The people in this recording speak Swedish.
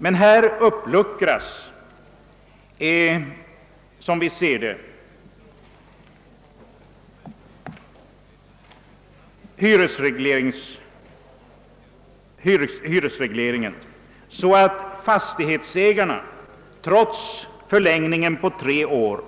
Men här uppluckras, som vi ser det, hyresregleringen så att åt fastighetsägarna trots förlängningen på tre år